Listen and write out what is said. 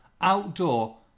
outdoor